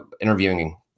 interviewing